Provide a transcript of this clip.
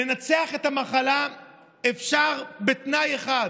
לנצח את המחלה אפשר בתנאי אחד: